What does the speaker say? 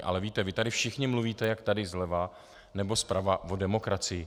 Ale vy tady všichni mluvíte, jak tady zleva, nebo zprava o demokracii.